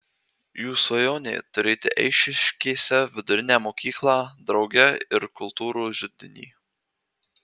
jų svajonė turėti eišiškėse vidurinę mokyklą drauge ir kultūros židinį